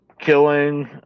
killing